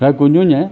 എടാ കുഞ്ഞൂഞ്ഞെ